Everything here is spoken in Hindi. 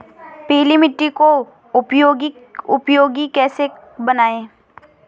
पीली मिट्टी को उपयोगी कैसे बनाएँ?